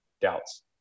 doubts